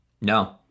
No